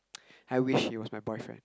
I wish he was my boyfriend